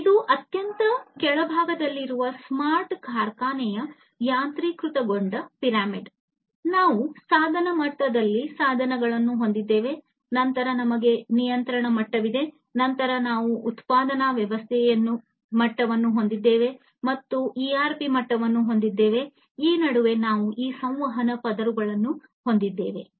ಇದು ಅತ್ಯಂತ ಕೆಳಭಾಗದಲ್ಲಿರುವ ಸ್ಮಾರ್ಟ್ ಕಾರ್ಖಾನೆಯ ಯಾಂತ್ರೀಕೃತಗೊಂಡ ಪಿರಮಿಡ್ ನಾವು ಸಾಧನ ಮಟ್ಟದಲ್ಲಿ ಸಾಧನಗಳನ್ನು ಹೊಂದಿದ್ದೇವೆ ನಂತರ ನಮಗೆ ನಿಯಂತ್ರಣ ಮಟ್ಟವಿದೆ ನಂತರ ನಾವು ಉತ್ಪಾದನಾ ವ್ಯವಸ್ಥೆಯ ಮಟ್ಟವನ್ನು ಹೊಂದಿದ್ದೇವೆ ಮತ್ತು ಇಆರ್ಪಿ ಮಟ್ಟವನ್ನು ಹೊಂದಿದ್ದೇವೆ ಈ ನಡುವೆ ನಾವು ಈ ಸಂವಹನ ಪದರಗಳುನ್ನು ಹೊಂದಿದ್ದೇವೆ